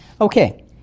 Okay